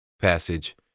passage